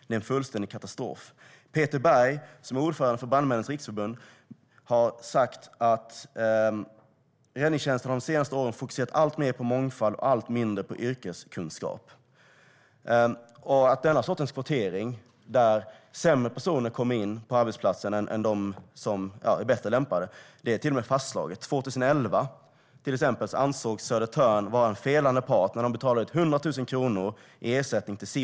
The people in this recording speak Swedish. Det är en fullständig katastrof." Peter Bergh, som är ordförande för Brandmännens Riksförbund, har sagt att räddningstjänsterna de senaste åren fokuserat alltmer på mångfald och allt mindre på yrkeskunskap. Att denna sorts kvotering, som gör att sämre personer kommer in på arbetsplatsen i stället för bättre lämpade, pågår är till och med fastslaget. Till exempel ansågs Södertörns brandförsvarsförbund vara en felande part år 2011 i fallet med Simon Wallmark, och förbundet betalade ut 100 000 kronor i ersättning till honom.